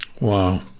Wow